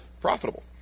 profitable